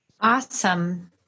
Awesome